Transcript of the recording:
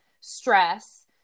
stress